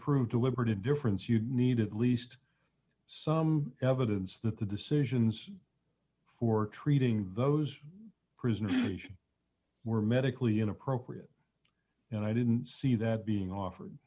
deliberate indifference you need at least some evidence that the decisions for treating those prisoners were medically inappropriate and i didn't see that being offered